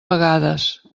vegades